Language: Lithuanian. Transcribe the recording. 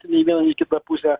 nei į vieną nei į kitą pusę